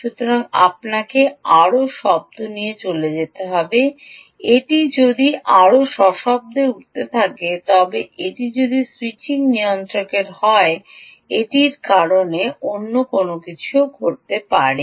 সুতরাং আপনাকে আরও শব্দ নিয়ে চলে যেতে হবে এটি যদি আরও সশব্দ হয়ে উঠতে থাকে এবং এটি যদি স্যুইচিং নিয়ন্ত্রক হয় তবে এটি এর জন্য একটি কারণ